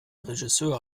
regisseur